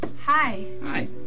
Hi